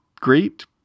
great